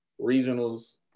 regionals